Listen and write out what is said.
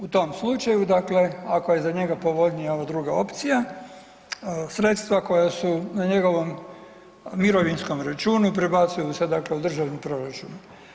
U tom slučaju dakle ako je za njega povoljnija ova druga opcija sredstva koja su na njegovom mirovinskom računu prebacuju se dakle u državni proračun.